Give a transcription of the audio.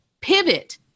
pivot